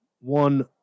one